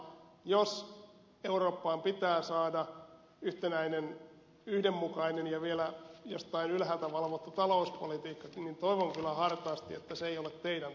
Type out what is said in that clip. ukkola jos eurooppaan pitää saada yhtenäinen yhdenmukainen ja vielä jostain ylhäältä valvottu talouspolitiikka niin toivon kyllä hartaasti että se joko teillä